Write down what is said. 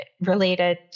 related